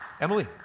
Emily